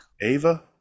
Ava